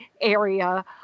area